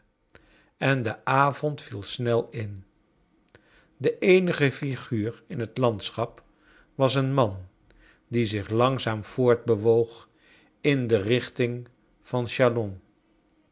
en de avond viel snel in de eenige figuur in het landsohap was een man die zich langzaam voortbewoog in de richting van chalons